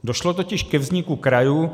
Došlo totiž ke vzniku krajů.